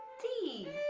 d.